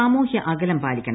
സാമൂഹ്യ അകലം പൂാലിക്കണം